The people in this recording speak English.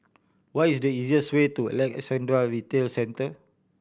what is the easiest way to Alexandra Retail Centre